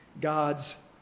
God's